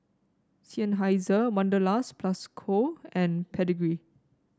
Seinheiser Wanderlust Plus Co and Pedigree